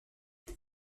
elle